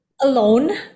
alone